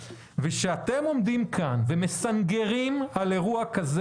כשאתם עומדים כאן ומסנגרים על אירוע כזה,